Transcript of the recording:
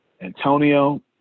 Antonio